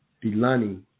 Delaney